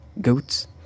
goats